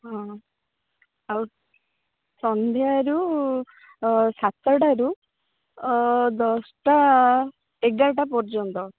ହଁ ଆଉ ସଂଧ୍ୟାରୁ ସାତଟାରୁ ଦଶଟା ଏଗାରଟା ପର୍ଯ୍ୟନ୍ତ